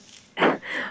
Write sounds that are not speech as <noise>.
<laughs>